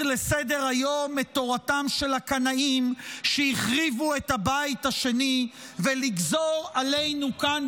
לסדר-היום את תורתם של הקנאים שהחריבו את הבית השני ולגזור עלינו כאן,